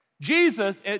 Jesus